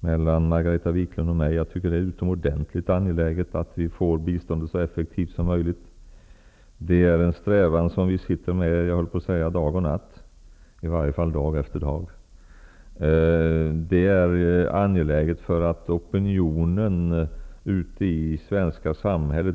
mellan Margareta Viklund och mig. Jag tycker att det är utomordentligt angeläget att vi får biståndet så effektivt som möjligt. Det är en strävan vi arbetar med om inte dag och natt så i varje fall dag efter dag. Det är angeläget med tanke på opinionen ute i det svenska samhället.